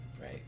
right